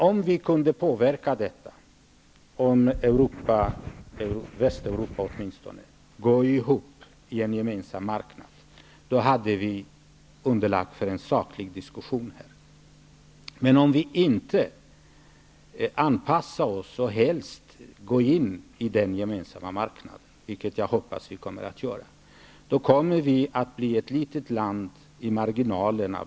Om vi kunde påverka att Västeuropa går ihop i en gemensam marknad, skulle vi ha underlag för en saklig diskussion. Men om vi inte anpassar oss och helst går in i den gemensamma marknaden -- vilket jag hoppas att vi kommer att göra -- kommer Sverige att bli ett litet land i marginalen.